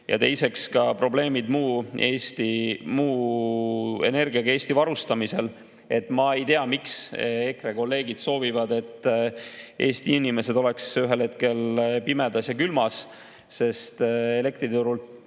ja teiseks ka probleemid Eesti muu energiaga varustamisel. Ma ei tea, miks EKRE kolleegid soovivad, et Eesti inimesed oleksid ühel hetkel pimedas ja külmas, sest elektriturult